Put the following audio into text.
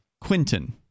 Quinton